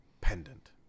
pendant